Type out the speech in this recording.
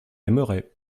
aimerais